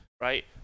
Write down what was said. Right